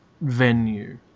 venue